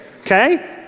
okay